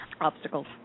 obstacles